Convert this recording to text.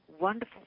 wonderful